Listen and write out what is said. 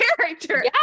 character